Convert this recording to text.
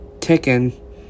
taken